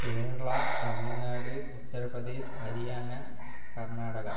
Kerala Tamil Nadu Uttar Pradesh Haryana Karnataka